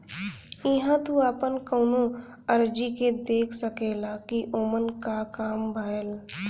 इहां तू आपन कउनो अर्जी के देख सकेला कि ओमन क काम भयल